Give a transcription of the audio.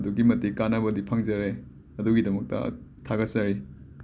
ꯑꯗꯨꯛꯀꯤ ꯃꯇꯤꯛ ꯀꯥꯟꯅꯕꯗꯤ ꯐꯪꯖꯔꯦ ꯑꯗꯨꯒꯤꯗꯃꯛꯇ ꯊꯥꯒꯠꯆꯔꯤ